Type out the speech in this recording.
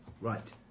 Right